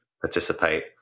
participate